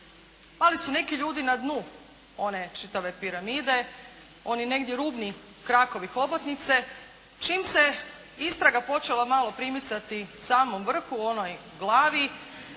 Pali su neki ljudi na dnu one čitave piramide. Oni negdje rubni krakovi hobotnice. Čim se istraga počela malo primicati samom vrhu, onoj glavi